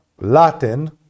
Latin